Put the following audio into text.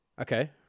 okay